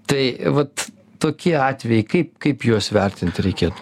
tai vat tokie atvejai kaip kaip juos vertinti reikėtų